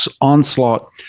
onslaught